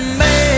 man